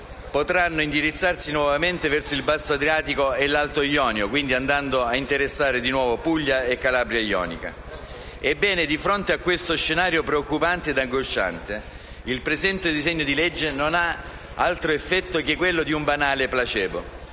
potranno indirizzarsi nuovamente verso il basso-adriatico e l'alto-ionio, andando ad interessare di nuovo Puglia e Calabria ionica. Ebbene, di fronte a questo scenario preoccupante e angosciante, il presente disegno di legge non ha altro effetto che quello di un banale placebo.